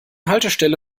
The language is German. haltestelle